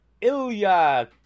Ilya